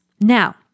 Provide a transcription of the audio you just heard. Now